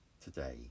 today